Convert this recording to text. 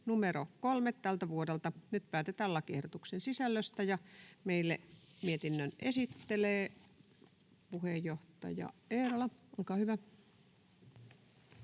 Nyt päätetään lakiehdotuksen sisällöstä. — Meille mietinnön esittelee puheenjohtaja Eerola.